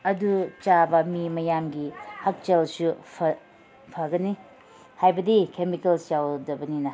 ꯑꯗꯨ ꯆꯥꯕ ꯃꯤ ꯃꯌꯥꯝꯒꯤ ꯍꯛꯆꯥꯡꯁꯨ ꯐꯒꯅꯤ ꯍꯥꯏꯕꯗꯤ ꯀꯦꯃꯤꯀꯦꯜꯁ ꯌꯥꯎꯗꯕꯅꯤꯅ